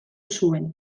zuen